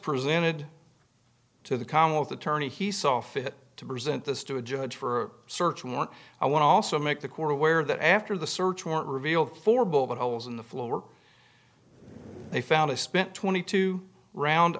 presented to the commonwealth attorney he saw fit to present this to a judge for search warrant i want to also make the court aware that after the search warrant revealed four bullet holes in the floor they found a spent twenty two round